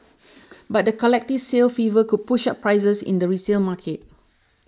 but the collective sale fever could push up prices in the resale market